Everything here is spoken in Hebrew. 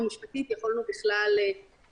שבו לא ניתן לבצע חקירה אפידמיולוגית אנושית,